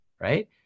right